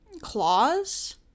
Claws